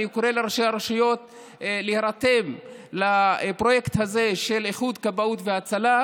אני קורא לראשי הרשויות להירתם לפרויקט הזה של איחוד כבאות והצלה,